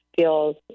feels